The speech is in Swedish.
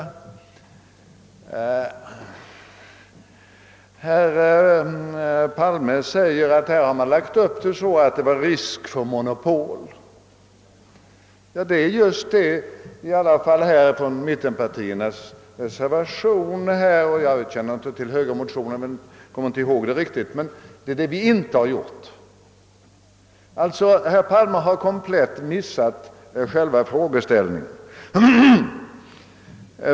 Herr Palme gjorde gällande att vi har hängt upp kritiken mot förslaget på risken för monopol. Det är just det som inte har skett i mittenpartiernas reservation — jag minns inte riktigt hur det är med högermotionen. Herr Palme har alltså missförstått hela frågeställningen.